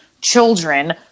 children